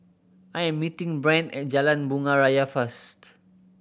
I am meeting Brant at Jalan Bunga Raya first